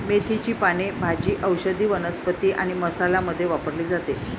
मेथीची पाने भाजी, औषधी वनस्पती आणि मसाला मध्ये वापरली जातात